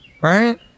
Right